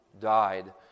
Died